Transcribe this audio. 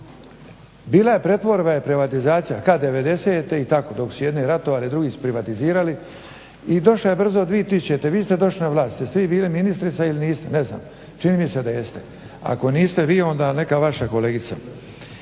bila je pretvorba i privatizacija. Kad? '90-e i tako, dok su jedni ratovali drugi su privatizirali i došla je brzo 2000. i vi ste došli na vlast. Jeste vi bili ministrica ili niste? Ne znam, čini mi se da jeste. Ako niste vi onda neka vaša kolegica.